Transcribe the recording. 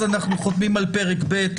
אז אנחנו חותמים על פרק ב',